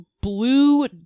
blue